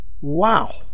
Wow